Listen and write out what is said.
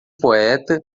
poeta